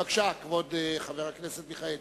בבקשה, כבוד חבר הכנסת מיכאלי.